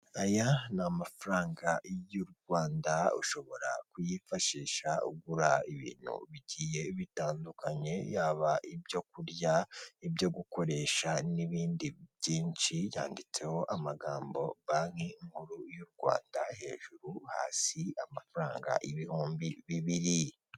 Aya ni amafaranga y' u Rwanda ushobora kuyifashisha ugura ibintu bitandukanye yaba ibyo kurya, ibyo gukoresha n'ibindi byinshi yanditseho banki nkuru y' u Rwanda hejuru, hasi amafaranga ibihumbi bibiri.